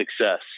success